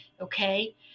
okay